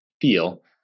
feel